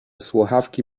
słuchawki